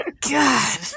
God